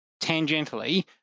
tangentially